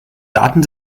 daten